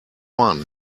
one